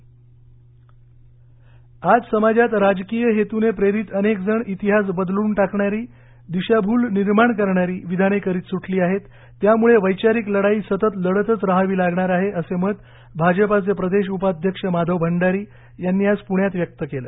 भंडारी आज समाजात राजकीय हेतूने प्रेरित अनेकजण इतिहास बदलून टाकणारी दिशाभूल निर्माण करणारी विधाने करीत सुटली आहेत त्यामुळे वैचारिक लढाई सतत लढतच रहावी लागणार आहे असे मत भाजपाचे प्रदेश उपाध्यक्ष माधव भांडारी यांनी आज पुण्यात व्यक्त केले